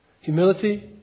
Humility